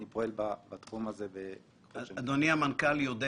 אדוני המנכ"ל,